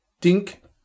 Dink